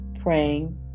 praying